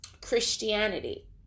Christianity